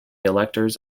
electors